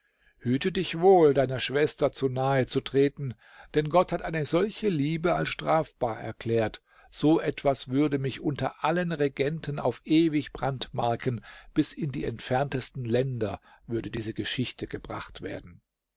hüte dich wohl deiner schwester zu nahe zu treten denn gott hat eine solche liebe als strafbar erklärt so etwas würde mich unter allen regenten auf ewig brandmarken bis in die entferntesten länder würde diese geschichte gebracht werden